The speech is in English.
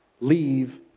leave